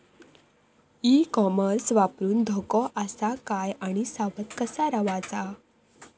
E commerce पासून धोको आसा काय आणि सावध कसा रवाचा?